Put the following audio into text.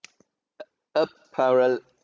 a paralegal